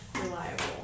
reliable